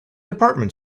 department